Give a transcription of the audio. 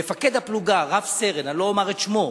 מפקד הפלוגה, רב-סרן, אני לא אומר את שמו,